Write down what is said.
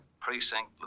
Precinct